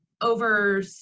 Over